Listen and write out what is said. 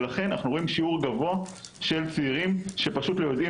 ולכן אנחנו רואים שיעור גבוה של צעירים שפשוט לא יודעים,